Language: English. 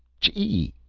chee!